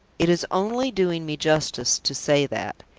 it is only doing me justice to say that.